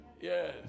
Yes